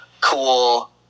cool